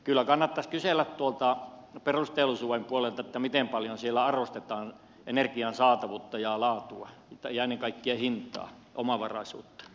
kyllä kannattaisi kysellä tuolta perusteollisuuden puolelta miten paljon siellä arvostetaan energian saatavuutta ja laatua ja ennen kaikkea hintaa omavaraisuutta